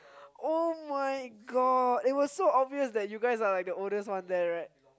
[oh]-my-god it was so obvious like you guys are like the oldest one there right